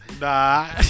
Nah